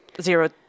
zero